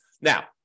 Now